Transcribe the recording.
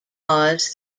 laws